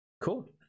Cool